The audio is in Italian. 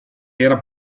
era